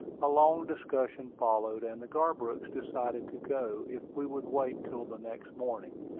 a long discussion followed and the garbrooks decided to go if we would wait till the next morning.